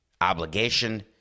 obligation